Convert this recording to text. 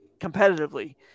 competitively